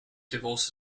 divorced